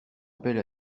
appel